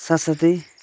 साथ साथै